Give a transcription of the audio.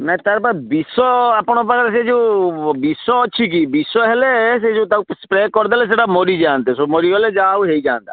ନାହିଁ ତାର ବା ବିଷ ଆପଣଙ୍କ ପାଖରେ ସେଇ ଯେଉଁ ବିଷ ଅଛି କି ବିଷ ହେଲେ ସେଇ ଯେଉଁ ତାକୁ ସ୍ପ୍ରେ କରିଦେଲେ ସେଇଟା ମରିଯାଆନ୍ତେ ସବୁ ମରିଗଲେ ଯାହା ହଉ ହେଇଯାଆନ୍ତା